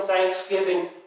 thanksgiving